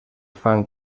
fan